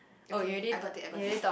okay I got it I got it